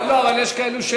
במסך יש שמונה.